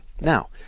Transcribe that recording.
Now